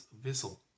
vessel